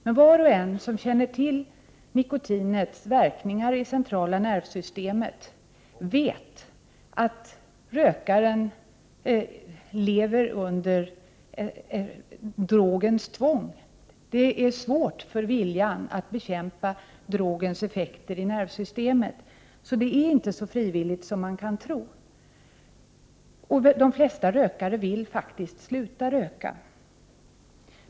Men var och en som känner till nikotinets verkningar i centrala nervsystemet vet att rökare lever under drogens tvång. Det är svårt för viljan att bekämpa drogens effekter i nervsystemet. Så det är inte så frivilligt som man kan tro. De flesta rökare vill faktiskt sluta röka.